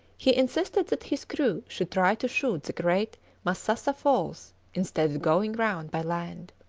he insisted that his crew should try to shoot the great massassa falls instead of going round by land.